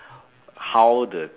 how the